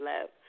love